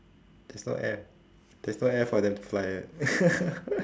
there's no air there's no air for them to fly [what]